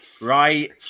right